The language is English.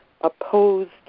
opposed